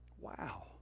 Wow